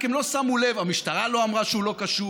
רק הם לא שמו לב: המשטרה לא אמרה שהוא לא קשור,